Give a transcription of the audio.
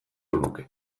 luke